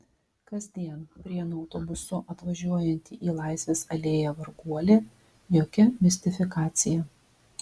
kasdien prienų autobusu atvažiuojanti į laisvės alėją varguolė jokia mistifikacija